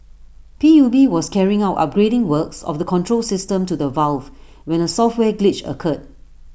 P U B was carrying out upgrading works of the control system to the valve when A software glitch occurred